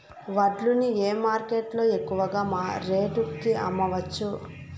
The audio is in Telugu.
వడ్లు ని ఏ మార్కెట్ లో ఎక్కువగా రేటు కి అమ్మవచ్చు?